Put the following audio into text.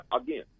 again